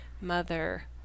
Mother